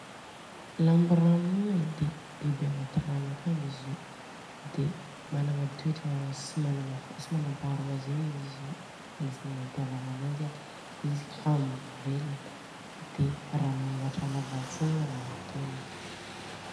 Lamborano io e dia biby agnaty rano akagny izy io. Dia managna toetra tsy manampaharoa zegny izy io. Agnisany mampiavaka ananjy a izy kamo velona dia raha magnoatra lava fogna raha ataony.